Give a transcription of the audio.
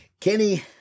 Kenny